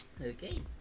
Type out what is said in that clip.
Okay